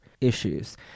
issues